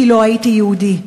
כי לא הייתי יהודי,